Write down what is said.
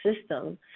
system